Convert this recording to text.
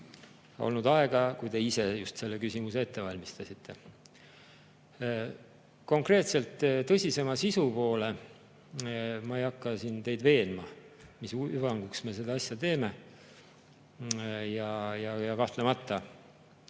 olnud aega, kui te ise just selle küsimuse ette valmistasite. Konkreetselt tõsisema sisu poole. Ma ei hakka teid veenma, mis hüvanguks me seda asja teeme. Ja kahtlemata